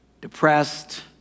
depressed